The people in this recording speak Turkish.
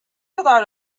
kadar